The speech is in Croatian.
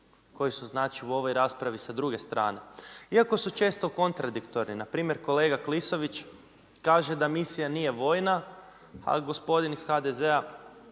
koji su znači u ovoj raspravi sa druge strane. Iako su često kontradiktorni. Na primjer kolega Klisović kaže da misija nije vojna, a gospodin iz HDZ-a